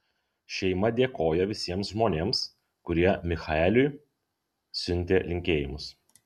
šeima dėkoja visiems žmonėms kurie michaeliui siuntė linkėjimus